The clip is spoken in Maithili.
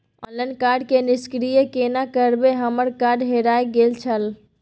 ऑनलाइन कार्ड के निष्क्रिय केना करबै हमर कार्ड हेराय गेल छल?